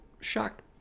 shocked